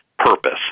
purpose